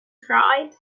cried